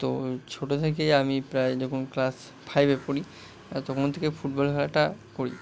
তো ছোটো থেকেই আমি প্রায় যখন ক্লাস ফাইভে পড়ি তখন থেকে ফুটবল খেলাটা করি